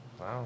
Wow